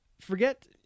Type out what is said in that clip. forget